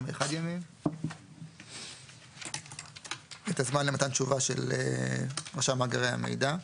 ימים את הזמן למתן תשובה של רשם מאגרי המידע.